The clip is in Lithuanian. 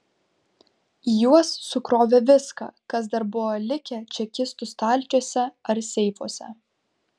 į juos sukrovė viską kas dar buvo likę čekistų stalčiuose ar seifuose